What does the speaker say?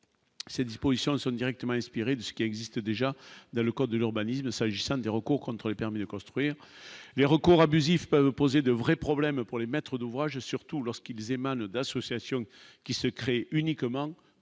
ces dispositions sont directement inspirés de ce qui existe déjà dans le code de l'urbanisme, s'agissant des recours contre les permis de construire les recours abusifs peuvent poser de vrais problèmes pour les maîtres d'ouvrage, surtout lorsqu'ils émanent d'associations qui se créent, uniquement